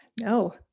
No